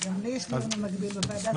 גם לי יש דיון במקביל בוועדה,